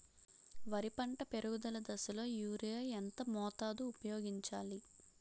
వరి పంట పెరుగుదల దశలో యూరియా ఎంత మోతాదు ఊపయోగించాలి?